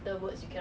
ya